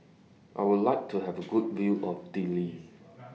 I Would like to Have A Good View of Dili